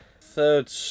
Third